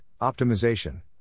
optimization